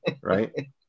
right